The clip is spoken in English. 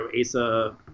Asa